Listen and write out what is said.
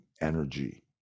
energy